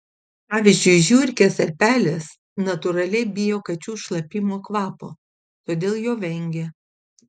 pavyzdžiui žiurkės ar pelės natūraliai bijo kačių šlapimo kvapo todėl jo vengia